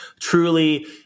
truly